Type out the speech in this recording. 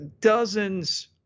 dozens